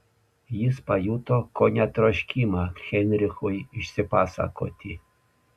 jis pajuto kone troškimą heinrichui išsipasakoti